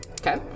Okay